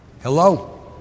Hello